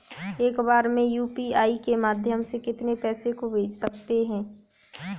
एक बार में यू.पी.आई के माध्यम से कितने पैसे को भेज सकते हैं?